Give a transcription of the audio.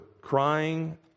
crying